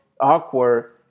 awkward